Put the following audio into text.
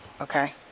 Okay